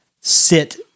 sit